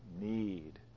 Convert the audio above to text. need